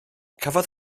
cafodd